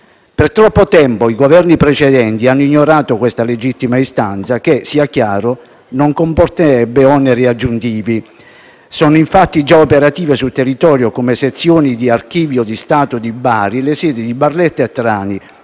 Per troppo tempo i Governi precedenti hanno ignorato questa legittima istanza che - sia chiaro - non comporterebbe oneri aggiuntivi. Sono infatti già operative sul territorio, come sezioni dell'Archivio di Stato di Bari, le sedi di Barletta e Trani,